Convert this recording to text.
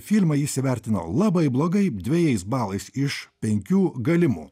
filmą jis įvertino labai blogai dvejais balais iš penkių galimų